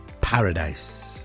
Paradise